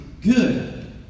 Good